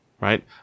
Right